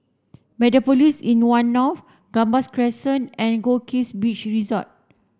Mediapolis in One North Gambas Crescent and Goldkist Beach Resort